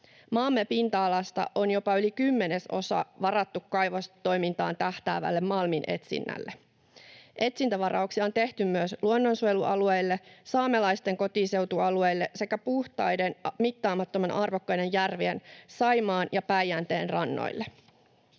Maamme pinta-alasta on jopa yli kymmenesosa varattu kaivostoimintaan tähtäävälle malminetsinnälle. Etsintävarauksia on tehty myös luonnonsuojelualueille, saamelaisten kotiseutualueille sekä puhtaiden, mittaamattoman arvokkaiden järvien, Saimaan ja Päijänteen, rannoille.